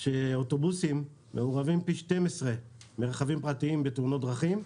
שאוטובוסים מעורבים פי 12 מרכבים פרטיים בתאונות דרכים,